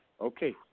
Okay